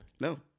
No